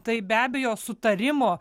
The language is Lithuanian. tai be abejo sutarimo